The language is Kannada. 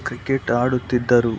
ಕ್ರಿಕೆಟ್ ಆಡುತ್ತಿದ್ದರು